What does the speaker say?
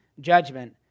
judgment